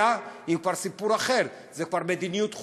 אלא, זה כבר סיפור אחר, אם זו מדיניות חוץ,